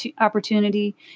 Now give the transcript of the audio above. opportunity